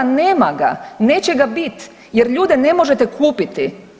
Nema ga, neće ga biti jer ljude ne možete kupiti.